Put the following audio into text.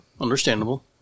understandable